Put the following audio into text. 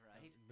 right